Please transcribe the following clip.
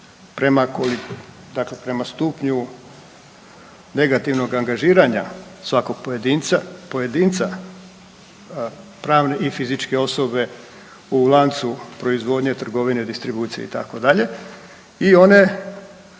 prema stupnju negativnog angažiranja svakog pojedinca, pravne i fizičke osobe u lancu proizvodnje, trgovine, distribucije itd. i one